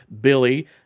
Billy